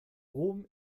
rom